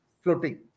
floating